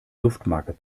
duftmarke